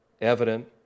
evident